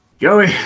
Joey